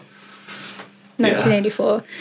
1984